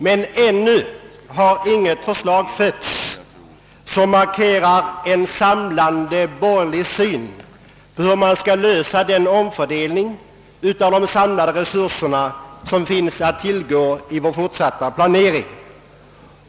Men ännu har inget förslag fötts som markerar en samlande borgerlig syn på hur man skall lösa den omfördelning av de samhälleliga resurser som finns att tillgå i vår fortsatta planering.